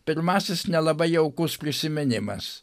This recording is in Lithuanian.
pirmasis nelabai jaukus prisiminimas